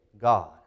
God